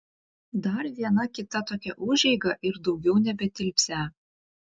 dar viena kita tokia užeiga ir daugiau nebetilpsią